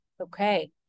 Okay